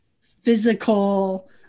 physical